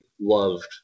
loved